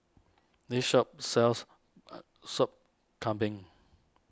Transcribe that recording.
this shop sells a Sup Kambing